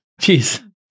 jeez